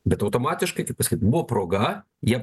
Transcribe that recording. bet automatiškai kaip pasakyt buvo proga jie